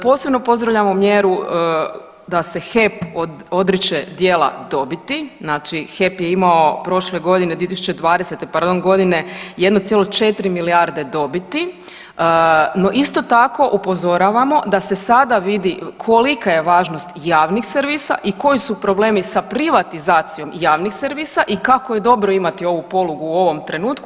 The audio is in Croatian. Posebno pozdravljamo mjeru da se HEP odriče dijela dobiti, znači HEP je imao prošle godine 2020. … [[Govornik se ne razumije]] godine 1,4 milijarde dobiti, no isto tako upozoravamo da se sada vidi kolika je važnost javnih servisa i koji su problemi sa privatizacijom javnih servisa i kako je dobro imati ovu polugu u ovom trenutku.